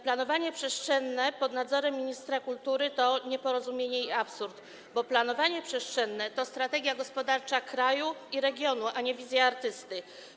Planowanie przestrzenne pod nadzorem ministra kultury to nieporozumienie i absurd, bo planowanie przestrzenne to strategia gospodarcza kraju i regionu, a nie wizja artysty.